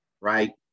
Right